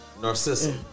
Narcissism